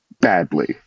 Badly